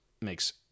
makes